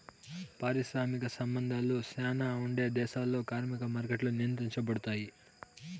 పారిశ్రామిక సంబంధాలు శ్యానా ఉండే దేశాల్లో కార్మిక మార్కెట్లు నియంత్రించబడుతాయి